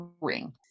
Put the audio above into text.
ring